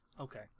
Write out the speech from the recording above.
Okay